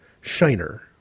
Shiner